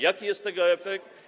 Jaki jest tego efekt?